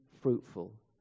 fruitful